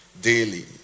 daily